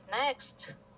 next